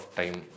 time